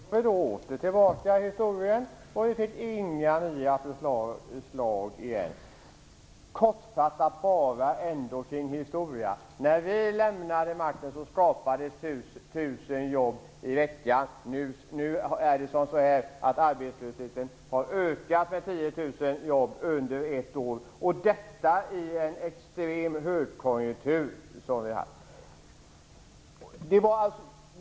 Fru talman! Då är vi åter tillbaka i historien. Vi fick inte heller nu några nya förslag. Jag vill ändå bara kortfattat säga några ord kring historia. När vi lämnade makten skapades 1 000 jobb i veckan. Nu har i stället arbetslösheten ökat med 10 000 jobb under ett år - detta i en extrem högkonjunktur.